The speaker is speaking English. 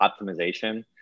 optimization